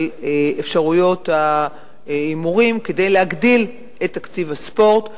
אפשרויות ההימורים כדי להגדיל את תקציב הספורט,